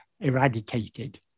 eradicated